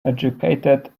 educated